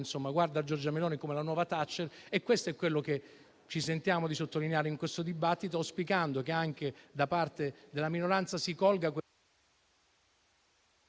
guarda a Giorgia Meloni come alla nuova Thatcher. Questo è ciò che ci sentiamo di sottolineare in questo dibattito, auspicando che anche da parte della minoranza si colga...